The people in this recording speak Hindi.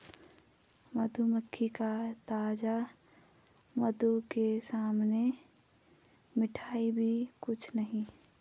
मधुमक्खी का ताजा मधु के सामने मिठाई भी कुछ नहीं